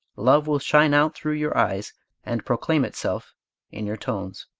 love will shine out through your eyes and proclaim itself in your tones.